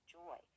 joy